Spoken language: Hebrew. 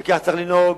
וכך צריך לנהוג,